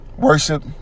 Worship